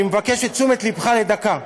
אני מבקש את תשומת לבך לדקה.